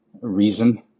reason